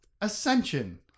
Ascension